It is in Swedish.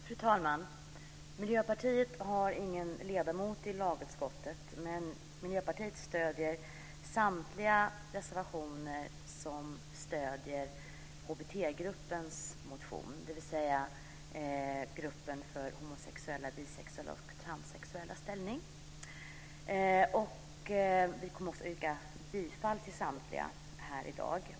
Fru talman! Miljöpartiet har ingen ledamot i lagutskottet, men Miljöpartiet stöder samtliga reservationer som stöder HBT-gruppens motioner - dvs. gruppen för homosexuellas, bisexuellas och transsexuellas ställning. Vi kommer också att yrka bifall till samtliga motioner i dag.